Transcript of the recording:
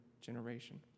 generation